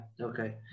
Okay